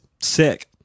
sick